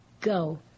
go